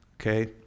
Okay